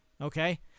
okay